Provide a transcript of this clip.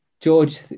George